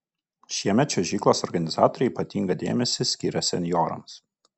šiemet čiuožyklos organizatoriai ypatingą dėmesį skiria senjorams